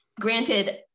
granted